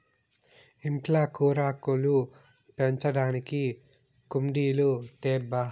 ఇంట్ల కూరాకులు పెంచడానికి కుండీలు తేబ్బా